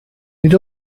nid